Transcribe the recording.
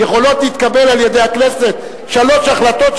יכולות להתקבל על-ידי הכנסת שלוש החלטות,